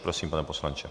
Prosím, pane poslanče.